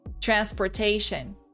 Transportation